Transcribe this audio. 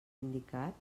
indicat